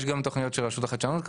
יש גם תכניות של רשות החדשנות כמובן,